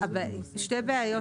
כן, נכון, אבל יש שתי בעיות.